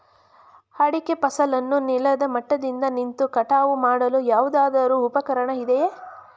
ಅಡಿಕೆ ಫಸಲನ್ನು ನೆಲದ ಮಟ್ಟದಿಂದ ನಿಂತು ಕಟಾವು ಮಾಡಲು ಯಾವುದಾದರು ಉಪಕರಣ ಇದೆಯಾ?